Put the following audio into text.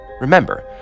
Remember